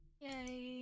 Yay